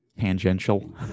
tangential